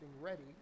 ready